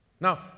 Now